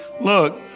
look